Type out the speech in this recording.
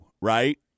Right